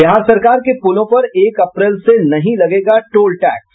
बिहार सरकार के पुलों पर एक अप्रैल से नहीं लगेगा टोल टैक्स